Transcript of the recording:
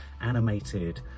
animated